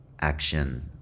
Action